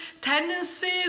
tendencies